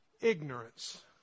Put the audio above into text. ignorance